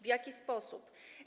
W jaki sposób?